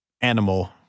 animal